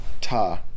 Ta